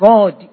God